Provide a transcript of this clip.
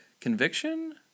Conviction